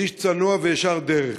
איש צנוע וישר דרך.